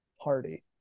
party